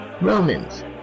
Romans